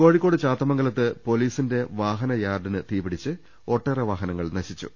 കോഴിക്കോട് ചാത്തമംഗലത്ത് പൊലീസിന്റെ വാഹന യാർഡിന് തീപിടിച്ച് ഒട്ടേറെ വാഹനങ്ങൾ കത്തിനശിച്ചു